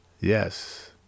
Yes